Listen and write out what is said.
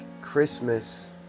Christmas